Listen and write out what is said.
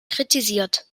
kritisiert